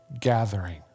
gathering